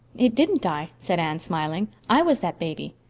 it didn't die, said anne, smiling. i was that baby.